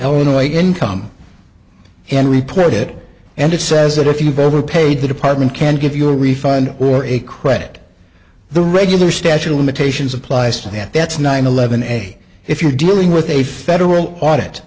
elena income and report it and it says that if you've overpaid the department can give you a refund or a credit the regular statute of limitations applies to that that's nine eleven eg if you're dealing with a federal audit